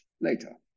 later